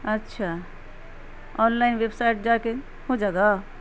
اچھا online website جا کے ہو جائے گا